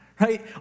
right